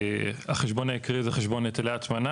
החשבון העיקרי הוא חשבון היטלי הטמנה,